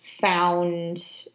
found